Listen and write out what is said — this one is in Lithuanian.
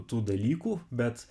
tų dalykų bet